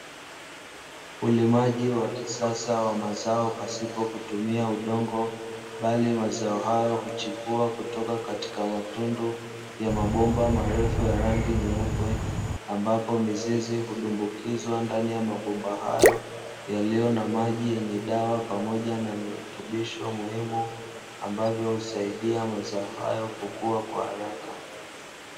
Ulimaji wa kisasa wa mazao pasipo kutumia udongo, bali mazao hayo huchipua kutoka katika matundu ya mabomba marefu ya rangi nyeupe, ambapo mizizi hudumbukizwa ndani ya mabomba hayo yaliyo na maji yenye dawa pamoja na virutubisho muhimu, ambavyo husaidia mazao hayo kukua kwa haraka.